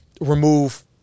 remove